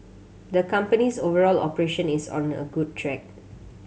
the company's overall operation is on a good track